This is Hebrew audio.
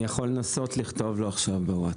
אני יכול לנסות לכתוב לו עכשיו בווטסאפ.